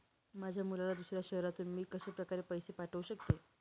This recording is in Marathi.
माझ्या मुलाला दुसऱ्या शहरातून मी कशाप्रकारे पैसे पाठवू शकते?